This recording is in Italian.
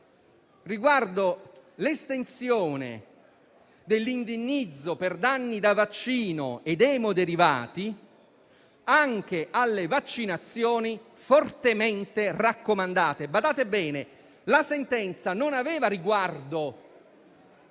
riguardo l'estensione dell'indennizzo per danni da vaccino ed emoderivati anche alle vaccinazioni fortemente raccomandate. Badate bene: la sentenza non concerneva